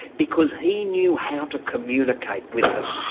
because he knew how to communicate with them,